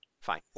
fine